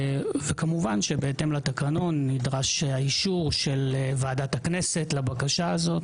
בהתאם לתקנון נדרש האישור של ועדת הכנסת לבקשה הזאת.